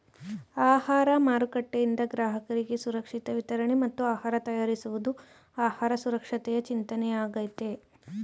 ಆಹಾರ ಮಾರುಕಟ್ಟೆಯಿಂದ ಗ್ರಾಹಕರಿಗೆ ಸುರಕ್ಷಿತ ವಿತರಣೆ ಮತ್ತು ಆಹಾರ ತಯಾರಿಸುವುದು ಆಹಾರ ಸುರಕ್ಷತೆಯ ಚಿಂತನೆಯಾಗಯ್ತೆ